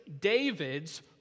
David's